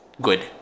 Good